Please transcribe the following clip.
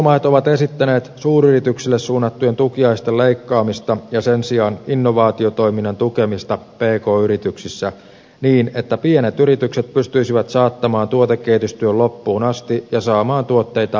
perussuomalaiset ovat esittäneet suuryrityksille suunnattujen tukiaisten leikkaamista ja niiden sijaan innovaatiotoiminnan tukemista pk yrityksissä niin että pienet yritykset pystyisivät saattamaan tuotekehitystyön loppuun asti ja saamaan tuotteitaan markkinoille